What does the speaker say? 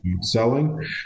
selling